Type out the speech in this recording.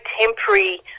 temporary